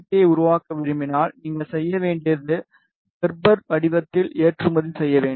பியை உருவாக்க விரும்பினால் நீங்கள் செய்ய வேண்டியது கெர்பர் வடிவத்தில் ஏற்றுமதி செய்ய வேண்டும்